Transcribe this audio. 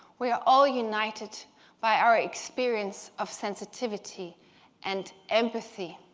we are all united by our experience of sensitivity and empathy.